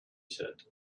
said